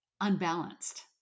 unbalanced